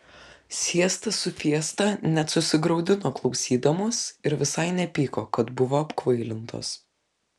siesta su fiesta net susigraudino klausydamos ir visai nepyko kad buvo apkvailintos